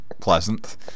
pleasant